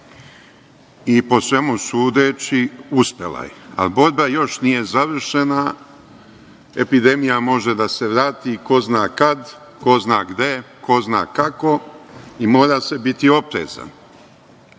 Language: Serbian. i po svemu sudeći uspela je, ali borba još nije završena, epidemija može da se vrati ko zna kad, ko zna gde, ko zna kako i mora se biti oprezan.Zašto